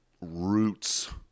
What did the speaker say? roots